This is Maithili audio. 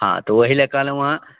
हँ तऽ वही लए कहलहुँ हँ